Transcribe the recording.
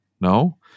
no